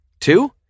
Two